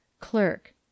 Clerk